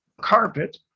carpet